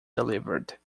delivered